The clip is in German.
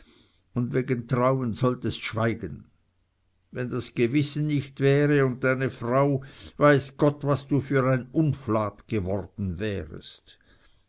und wegen trauen solltest schweigen wenn das gewissen nicht wäre und deine frau weiß gott was du für ein unflat geworden wärest